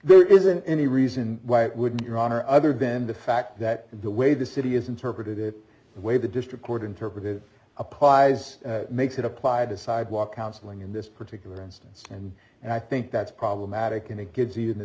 there isn't any reason why it wouldn't your honor other than the fact that the way the city is interpreted it the way the district court interpret it applies makes it applied to sidewalk counseling in this particular instance and and i think that's problematic and it gives you the